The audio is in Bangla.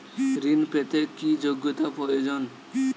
ঋণ পেতে কি যোগ্যতা প্রয়োজন?